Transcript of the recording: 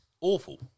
Awful